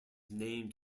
named